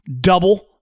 double